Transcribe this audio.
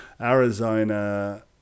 Arizona